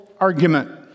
Argument